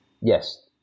Yes